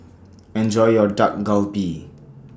Enjoy your Dak Galbi